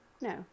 no